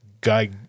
Guy